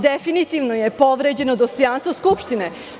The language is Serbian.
Definitivno je povređeno dostojanstvo Skupštine.